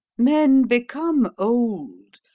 men become old,